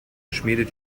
schmiedet